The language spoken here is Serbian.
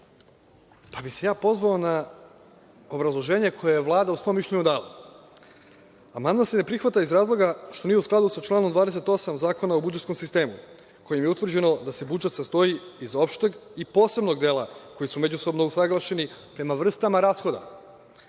pa bih se pozvao na obrazloženje koje je Vlada u svom mišljenju dala. Amandman se ne prihvata iz razloga što nije u skladu sa članom 28. Zakona o budžetskom sistemu, kojim je utvrđeno da se budžet sastoji iz opšteg i posebnog dela koji su međusobno usaglašeni prema vrstama rashoda.